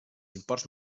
imports